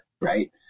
right